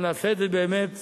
נעשה את זה באמת